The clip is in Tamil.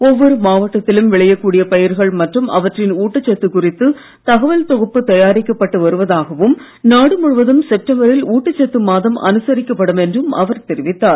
ஒவ்வொரு மாவட்டத்திலும் விளையக்கூடிய பயிர்கள் மற்றும் அவற்றின் ஊட்டச்சத்து குறித்து தகவல் தொகுப்பு தயாரிக்கப்பட்டு வருவதாகவும் நாடு முழுவதும் செப்டம்பரில் ஊட்டச்சத்து மாதம் அனுசரிக்கப்படும் என்றும் அவர் தெரிவித்தார்